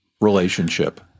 relationship